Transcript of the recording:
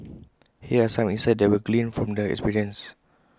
here are some insights that we gleaned from the experience